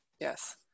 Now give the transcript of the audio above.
Yes